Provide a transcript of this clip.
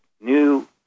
new